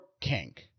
kink